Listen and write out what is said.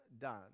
done